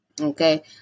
Okay